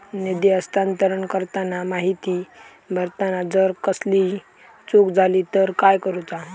निधी हस्तांतरण करताना माहिती भरताना जर कसलीय चूक जाली तर काय करूचा?